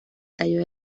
tallo